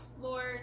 Lord